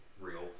real